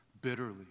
bitterly